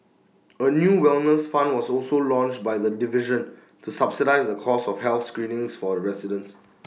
A new wellness fund was also launched by the division to subsidise the cost of health screenings for residents